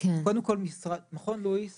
שמכון לואיס